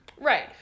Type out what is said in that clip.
Right